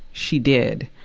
she did.